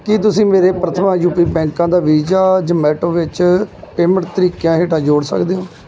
ਕੀ ਤੁਸੀਂਂ ਮੇਰੇ Prathama UP bank Visa ਵੀਜ਼ਾ ਜਮੈਟੋ ਵਿੱਚ ਪੇਮੈਂਟ ਤਰੀਕਿਆਂ ਹੇਠਾਂ ਜੋੜ ਸਕਦੇ ਹੋ